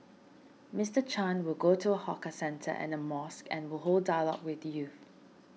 Mister Chan will go to a hawker centre and a mosque and hold a dialogue with youth